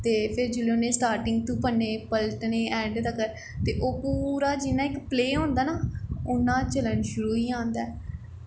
ते फिर जिसले उ'नें स्टार्टिंग तो पन्ने पलटने ऐंड तक्कर ते ओह् पूरा जियां इक प्ले होंदा ना उ'आं चलन शुरू होई जंदा ऐ